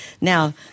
Now